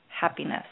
happiness